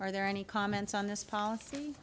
are there any comments on this policy